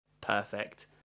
perfect